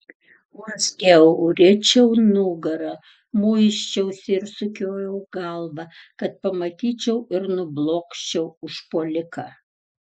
urzgiau riečiau nugarą muisčiausi ir sukiojau galvą kad pamatyčiau ir nublokščiau užpuoliką